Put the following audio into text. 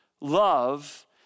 love